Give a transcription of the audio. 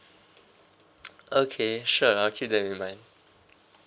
okay sure I'll keep that in mind